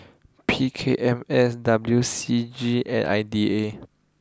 P K M S W C G and I D A